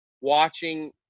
watching –